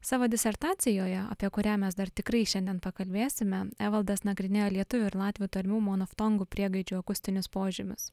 savo disertacijoje apie kurią mes dar tikrai šiandien pakalbėsime evaldas nagrinėjo lietuvių ir latvių tarmių monoftongų priegaidžių akustinius požymius